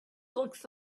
looks